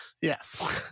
yes